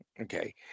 Okay